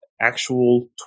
actual